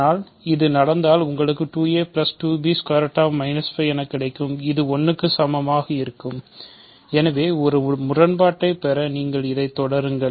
ஆனால் இது நடந்தால் உங்களுக்கு 2a 2 b ✓ 5 என கிடைக்கும் இது 1 க்கு சமமாக இருக்கும்எனவே ஒரு முரண்பாட்டைப் பெற நீங்கள் இதைத் தொடருங்கள்